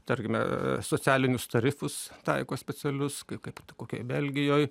tarkime socialinius tarifus taiko specialius kaip kokioj belgijoj